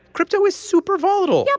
crypto is super volatile. yup.